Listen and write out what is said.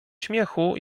śmiechu